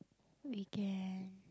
we can